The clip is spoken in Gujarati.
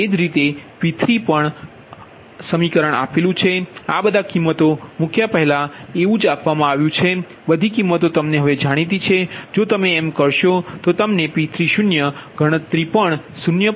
એ જ રીતે P3 પણ અભિવ્યક્તિ છે બધા કિંમતો મૂક્યા પહેલા જેવું જ આપવામાં આવ્યું છે બધી કિંમતો તમને હવે જાણીતી છે જો તમે એમ કરશો તો તમને P30 ગણતરી પણ આશરે 0